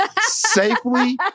safely